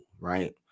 right